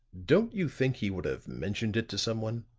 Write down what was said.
don't you think he would have mentioned it to someone?